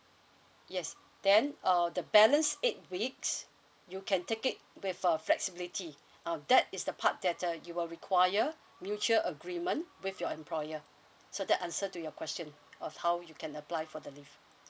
yes then uh the balance eight weeks you can take it with uh flexibility uh that is the part that uh you will require mutual agreement with your employer so that answer to your question of how you can apply for the leave